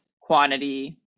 quantity